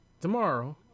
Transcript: tomorrow